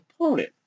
opponent